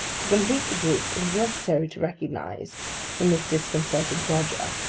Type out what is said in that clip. to complete the group, it is necessary to recognise in this disconcerted dodger,